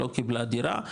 לא קיבלה דירה,